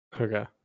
Okay